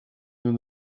nous